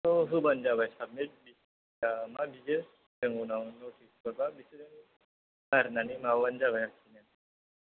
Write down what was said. बेखौ होबानो जाबाय साबमित दा मा बियो जों उनाव नटिस हरबा लारायनानै माबाबानो जाबाय आरो